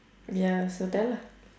ya so tell lah